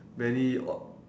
many au~